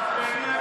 ביטן,